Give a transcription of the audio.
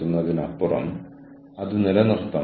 കൂടാതെ അവർ പരസ്പരം വ്യത്യസ്ത കാര്യങ്ങൾ പങ്കിടുന്നു